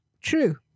True